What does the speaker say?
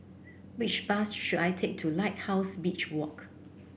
which bus should I take to Lighthouse Beach Walk